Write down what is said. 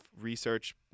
research